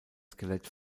skelett